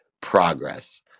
progress